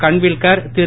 Khanwilkar Thiru